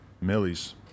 Millie's